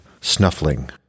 snuffling